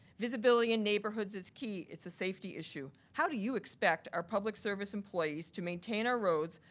visibility in neighborhoods is key, it's a safety issue. how do you expect our public service employees to maintain our roads,